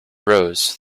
rows